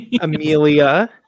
Amelia